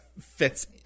fits